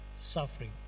suffering